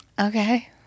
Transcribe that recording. Okay